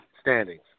standings